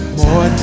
more